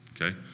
Okay